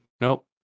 Nope